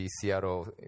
Seattle